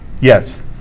yes